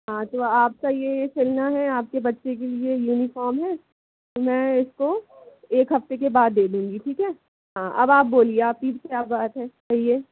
हाँ तो आपका ये सिलना है आपके बच्चे के लिए यूनिफ़ॉर्म है मैं इसको एक हफ़्ते के बाद दे दूंगी ठीक है हाँ अब आप बोलिए आपकी क्या बात है कहिए